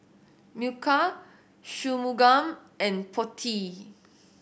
Milkha Shunmugam and Potti